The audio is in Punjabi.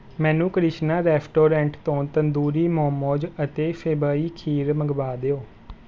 ਮੈਨੂੰ ਕ੍ਰਿਸ਼ਨਾ ਰੈਸਟੋਰੈਂਟ ਤੋਂ ਤੰਦੂਰੀ ਮੋਮੋਜ਼ ਅਤੇ ਸੇਵਈ ਖੀਰ ਮੰਗਵਾ ਦਿਓ